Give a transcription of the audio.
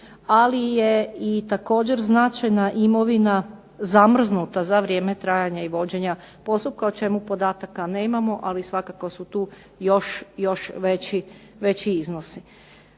ali je i također značajna imovina zamrznuta za vrijeme trajanja i vođenja postupka o čemu podataka nemamo, ali svakako su tu još veći iznosi.